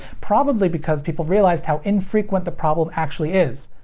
probably because people realized how infrequent the problem actually is,